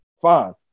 fine